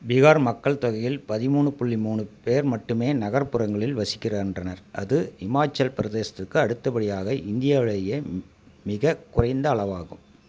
பீகார் மக்கள் தொகையில் பதிமூணு புள்ளி மூணு பேர் மட்டுமே நகர்ப்புறங்களில் வசிக்கிறன்றனர் அது இமாச்சல் பிரதேசத்திற்கு அடுத்தபடியாக இந்தியாவிலேயே மிகக் குறைந்த அளவாகும்